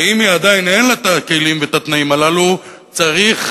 ואם עדיין אין לה הכלים והתנאים הללו, צריך